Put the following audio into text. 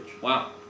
wow